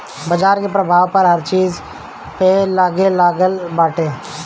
बाजार के प्रभाव अब हर चीज पे पड़े लागल बाटे